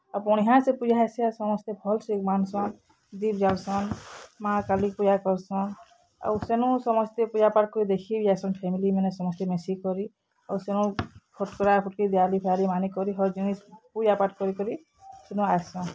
ଆଉ ବଢ଼ିଆଁ ସେ ପୂଜା ହେସି ଆଉ ସମସ୍ତେ ଭଲ୍ସେ ମାନ୍ସନ୍ ଦୀପ୍ ଯାଲ୍ସନ୍ ମା' କାଲି ପୂଜା କର୍ସନ୍ ଆଉ ସେନୁ ସମସ୍ତେ ପୂଜା ପାଠ୍ କରି ଦେଖିବି ଯାଏସନ୍ ଫ୍ୟାମିଲି ମାନେ ସମସ୍ତେ ମିଶିକରି ଆଉ ସେନୁ ଫଟ୍କରା ଫୁଟ୍କିରି ଦିଆଲି ଫିଆଲି ମାନିକରି ହର୍ ଜିନିଷ୍ ପୂଜା ପାଠ୍ କରି ସେନୁ ଆଏସନ୍